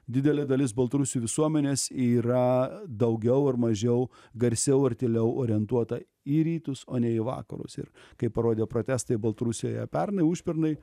didelė dalis baltarusių visuomenės yra daugiau ar mažiau garsiau ar tyliau orientuota į rytus o ne į vakarus ir kaip parodė protestai baltarusijoje pernai užpernai